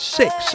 six